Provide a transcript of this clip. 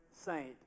saint